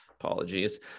Apologies